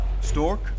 Stork